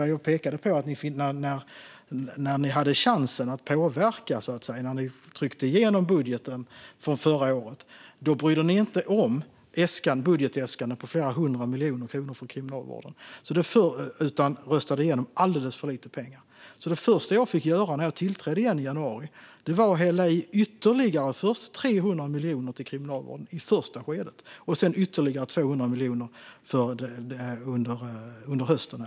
Vad jag pekade på var att när ni hade chansen att påverka och tryckte igenom förra årets budget brydde ni er inte om budgetäskanden från Kriminalvården på flera hundra miljoner kronor. Ni röstade igenom alldeles för lite pengar. Det första jag fick göra igen när jag tillträdde i januari var att i ett första skede avsätta 300 miljoner extra till Kriminalvården och sedan ytterligare 200 miljoner under hösten.